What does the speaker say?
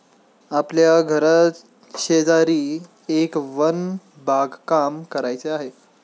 आपल्या घराशेजारी एक वन बागकाम करायचे आहे